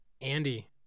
Andy